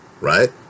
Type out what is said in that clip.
right